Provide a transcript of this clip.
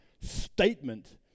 statement